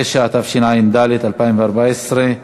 התשע"ד 2014,